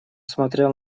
смотрел